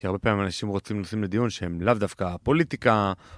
והרבה פעמים אנשים רוצים נושאים לדיון שהם לאו דווקא פוליטיקה